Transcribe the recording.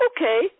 okay